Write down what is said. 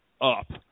up